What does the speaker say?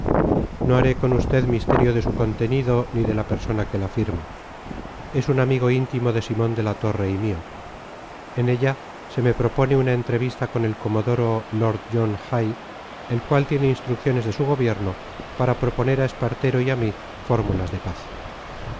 no haré con usted misterio de su contenido ni de la persona que la firma es un amigo íntimo de simón de la torre y mío en ella se me propone una entrevista con el comodoro lord john hay el cual tiene instrucciones de su gobierno para proponer a espartero y a mí fórmulas de paz